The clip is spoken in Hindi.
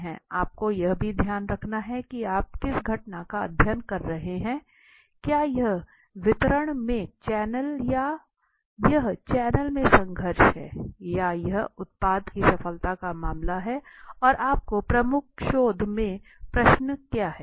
आपको यह भी ध्यान रखना है की आप किस घटना का अध्ययन कर रहे है क्या यह वितरण में चैनल या यह चैनल में संघर्ष है या यह उत्पाद की सफलता का मामला है और आपके प्रमुख शोध के प्रश्न क्या हैं